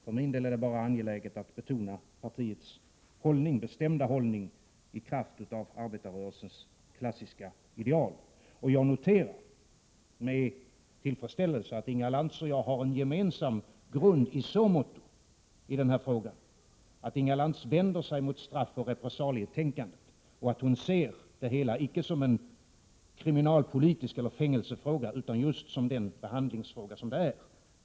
För min del är det angeläget att betona partiets bestämda hållning i kraft av arbetarrörelsens klassiska ideal. Jag noterar med tillfredsställelse att Inga Lantz och jag har en gemensam grund i denna fråga i så måtto att Inga Lantz vänder sig mot straffoch repressalietänkandet och ser det hela icke som en kriminalpolitisk fråga eller en fängelsefråga utan just som den behandlingsfråga det ändå är.